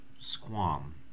squam